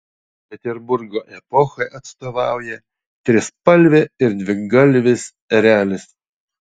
peterburgo epochai atstovauja trispalvė ir dvigalvis erelis